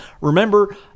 Remember